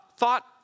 thought